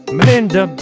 Melinda